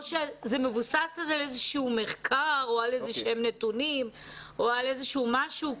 או שזה מבוסס על איזשהו מחקר או על איזה שהם נתונים או על איזשהו משהו?